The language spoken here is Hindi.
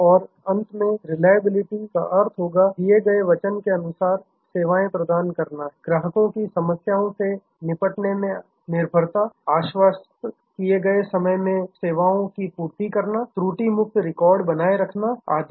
और अंत में रिलायबिलिटी विश्वसनीयता का अर्थ होगा दिए गए वचन के अनुसार सेवाएं प्रदान करना है ग्राहकों की समस्याओं से निपटने में निर्भरता आश्वस्त किए गए समय पर सेवाओं की आपूर्ति करना त्रुटि मुक्त रिकॉर्ड बनाए रखना आदि